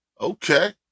Okay